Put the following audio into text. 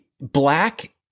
Black